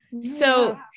So-